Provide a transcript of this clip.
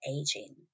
aging